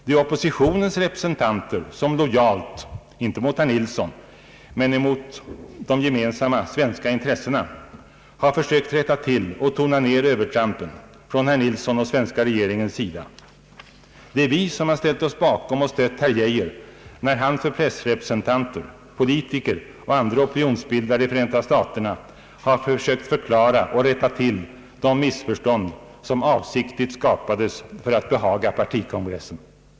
Det är oppositionens representanter som lojalt — inte mot herr Nilsson men mot de gemensamma svenska intressena — har försökt rätta till och tona ner övertrampen från herr Nilssons och den svenska regeringens sida. Det är vi som har ställt oss bakom och stött herr Geijer, när han för pressrepresentanter, politiker och andra opinionsbildare i Förenta staterna har försökt förklara och rätta till de missförstånd som avsiktligt skapades för att behaga partikongressen.